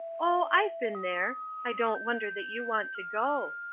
oh, i've been there. i don't wonder that you want to go.